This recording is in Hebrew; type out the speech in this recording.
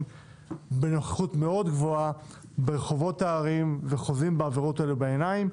בנוכחות מאוד גבוהה ברחובות הערים וחוזים בעבירות האלה בעיניים.